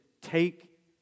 Take